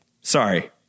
Sorry